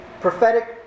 prophetic